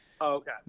okay